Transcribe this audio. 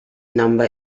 number